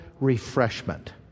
refreshment